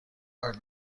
are